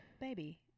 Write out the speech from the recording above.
baby